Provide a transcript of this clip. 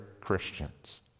Christians